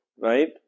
right